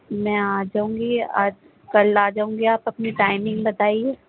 میں آ جاؤں گی آج کل آ جاؤں گی آپ اپنی ٹائمنگ بتائیے